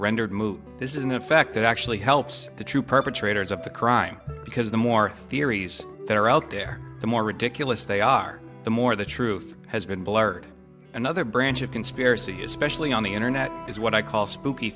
rendered moot this isn't a fact that actually helps the true perpetrators of the crime because the more theories that are out there the more ridiculous they are the more the truth has been blurred another branch of conspiracy especially on the internet is what i call spooky